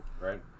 Right